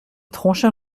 tronchin